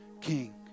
king